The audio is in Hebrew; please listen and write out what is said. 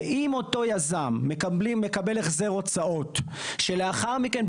ואם אותו יזם מקבל החזר הוצאות שלאחר מכן,